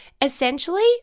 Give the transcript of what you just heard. essentially